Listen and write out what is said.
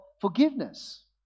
forgiveness